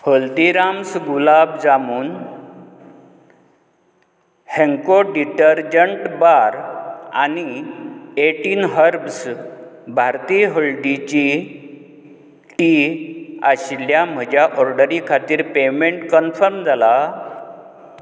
Haldiram's gulab jamun Henko detergent bar आनी eighteen herbs भारतीय हळदीची टी आशिल्ल्या म्हज्या ऑर्डरी खातीर पेमेंट कन्फर्म जाला